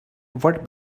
what